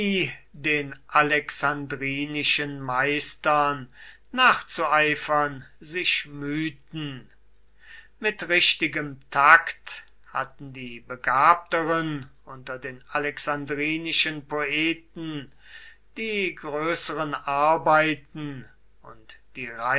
den alexandrinischen meistern nachzueifern sich mühten mit richtigem takt hatten die begabteren unter den alexandrinischen poeten die größeren arbeiten und die